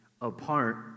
apart